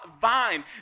vine